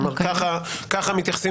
ככה מתייחסים